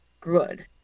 good